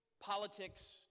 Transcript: politics